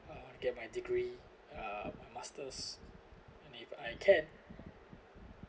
uh get my degree uh my master's and if I can